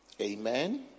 Amen